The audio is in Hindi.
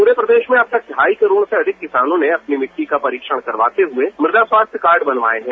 पूरे प्रदेश में अब तक ढाई करोड़ से अधिक किसानों ने अपनी मिट्टी का परीक्षण करवाते हुए मृदा खास्थ्य कार्ड बनवाए हैं